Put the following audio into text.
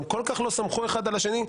הם כל כך לא סמכו אחד על השני,